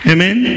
Amen